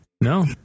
No